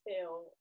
feel